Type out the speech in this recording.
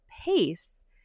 pace